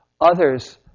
others